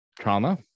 trauma